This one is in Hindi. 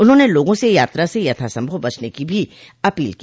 उन्होंने लोगों से यात्रा से यथासंभव बचने की भी अपील की